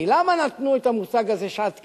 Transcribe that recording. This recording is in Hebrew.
למה נתנו את המושג הזה, "שעת תקיפה"?